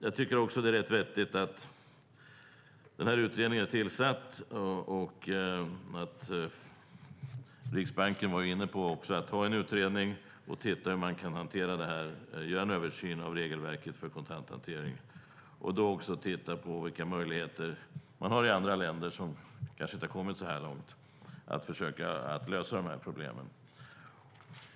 Jag tycker att det är vettigt att utredningen är tillsatt. Också Riksbanken var inne på att ha en utredning för att få en översyn av regelverket för kontanthantering, och då även titta på vilka möjligheter man har i andra länder, som kanske inte har kommit lika långt, att lösa de här problemen.